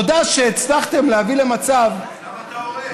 תודה שהצלחתם להביא למצב, אז למה אתה הורס?